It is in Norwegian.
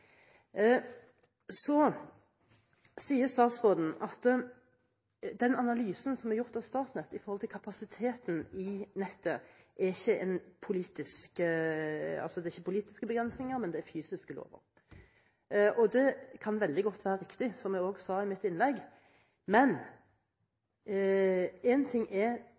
Så sier statsråden at den analysen som er gjort av Statnett når det gjelder kapasiteten i nettet, ikke er politiske begrensninger, men fysiske lover. Det kan veldig godt være riktig, som jeg også sa i mitt innlegg, men én ting er det faglige grunnlaget i det som ligger i dagens utgangspunkt når det gjelder vår infrastruktur, en annen ting er